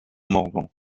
morvan